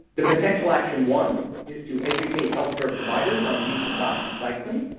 the potential action one is to educate health care providers on the use of doxycycline.